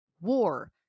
war